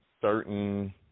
certain